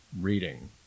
reading